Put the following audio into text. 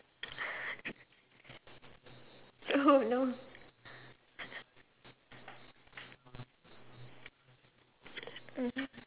oh no